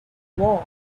war